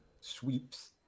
sweeps